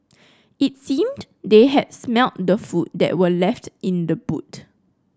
it seemed they had smelt the food that were left in the boot